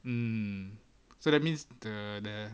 mm so that means the the